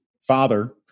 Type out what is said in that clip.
father